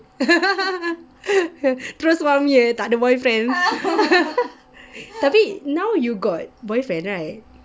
terus suami eh takde boyfriend tapi now you got boyfriend right